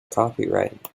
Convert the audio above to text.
copyright